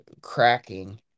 cracking